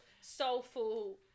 soulful